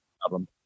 problem